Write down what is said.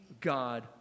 God